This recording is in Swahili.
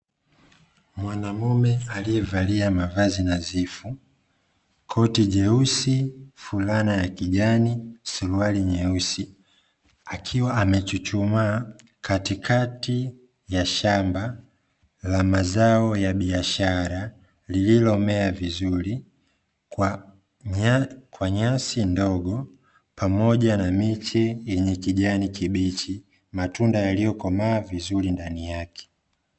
Mwanaume aliyevalia mavazi nadhifu, koti jeusi fulana ya kijani, suruali nyeusi akiwa amechuchumaa katikati ya shamba la mazao ya biashara lililomea vizuri kwa nyasi ndogo pamoja na miche yenye kijani kibichi matunda yaliyo komaa vizuri ndani yake.